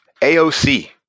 AOC